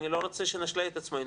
אני לא רוצה שנשלה את עצמנו,